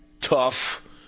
tough